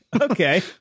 Okay